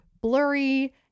blurry